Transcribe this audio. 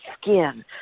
skin